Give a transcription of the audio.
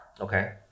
okay